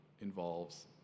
involves